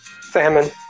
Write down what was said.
Salmon